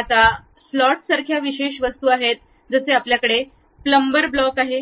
आता स्लॉट्स सारख्या विशेष वस्तू आहेत जसे आपल्याकडे प्लंबर ब्लॉक आहे